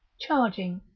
charging,